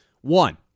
One